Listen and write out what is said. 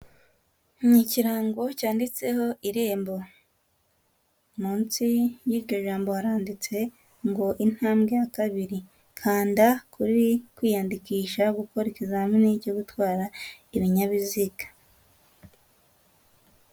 Ni ikirango cyanditseho irembo, munsi y'iryo jambo haranditse ngo intambwe ya kabiri, kanda kuri kwiyandikisha gukora ikizamini cyo gutwara ibinyabiziga.